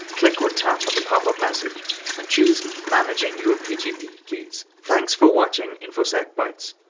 click or tap on the pop up message and choose managing your pgp keys thanks for watching infosec bytes.